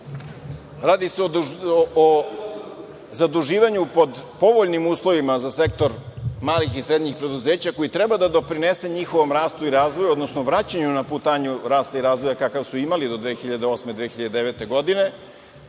radi se o zaduživanju pod povoljnim uslovima za sektor malih i srednjih preduzeća koji treba da doprinese njihovom rastu i razvoju, odnosno vraćanju na putanju rasta i razvoja kakav su imali do 2008, 2009. godine